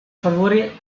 favorire